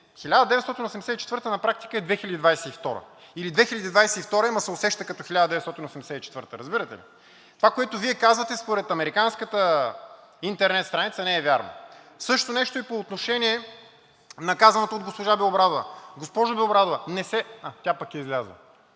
„1984“ на практика е 2022 г. Или 2022 г. е, ама се усеща като „1984“, разбирате ли? Това, което Вие казвате, според американската интернет страница не е вярно. Същото нещо и по отношение на казаното от госпожа Белобрадова. Госпожо Белобрадова, не се... А, тя пък е излязла.